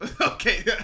Okay